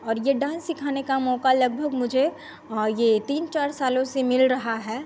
और यह डान्स सिखाने का मौका लगभग मुझे यह तीन चार सालों से मिल रहा है